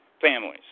families